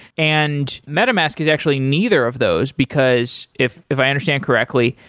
and metamask is actually neither of those, because if if i understand correctly,